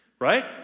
right